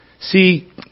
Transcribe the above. See